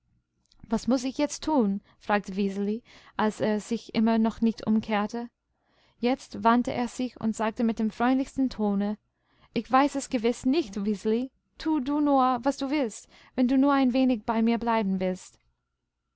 was muß ich jetzt tun fragte wiseli als er sich immer noch nicht umkehrte jetzt wandte er sich und sagte mit dem freundlichsten tone ich weiß es gewiß nicht wiseli tu du nur was du willst wenn du nur ein wenig bei mir bleiben willst